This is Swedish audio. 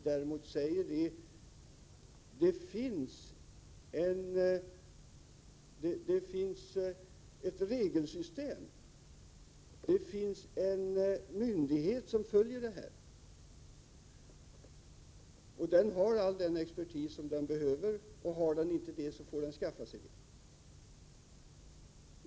Däremot säger vi: Det finns ett regelsystem och en myndighet som följer utvecklingen. Den myndigheten har all den expertis som den behöver, och har den inte det får den skaffa sig det.